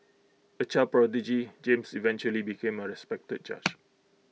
A child prodigy James eventually became A respected judge